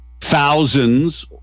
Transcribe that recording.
Thousands